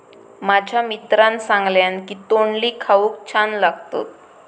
माझ्या मित्रान सांगल्यान की तोंडली खाऊक छान लागतत